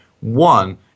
one